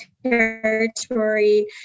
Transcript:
territory